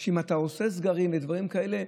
כך שאם אתה עושה סגרים ודברים כאלה,